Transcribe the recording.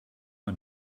man